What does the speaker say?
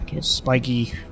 spiky